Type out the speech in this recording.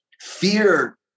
fear